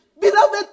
Beloved